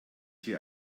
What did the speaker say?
dir